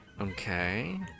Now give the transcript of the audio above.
Okay